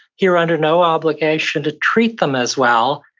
you're under no obligation to treat them as well,